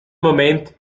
moment